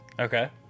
Okay